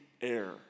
air